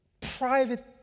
private